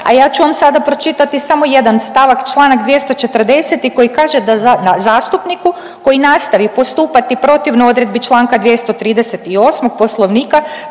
a ja ću vam sada pročitati samo jedan stavak. Članak 240. koji kaže da zastupniku koji nastavi postupati protivno odredbi Članka 238. Poslovnika